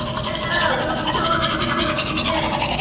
check that out lilz, we totally do. let's get these in!